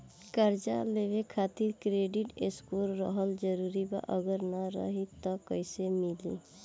कर्जा लेवे खातिर क्रेडिट स्कोर रहल जरूरी बा अगर ना रही त कैसे मिली?